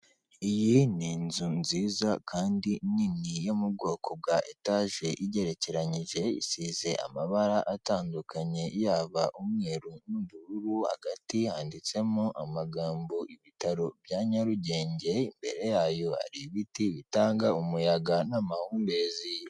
Iyi ni inzu nziza kandi nini yo mu bwoko bwa etaje igerekeranyije, isize amabara atandukanye, yaba umweru n'ubururu, hagati handitsemo amagambo ibitaro bya Nyarugenge, imbere yayo hari ibiti bitanga umuyaga n'amahumbezi.